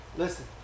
Listen